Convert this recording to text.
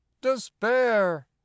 despair